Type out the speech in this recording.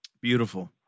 Beautiful